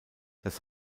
dass